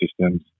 systems